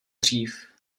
dřív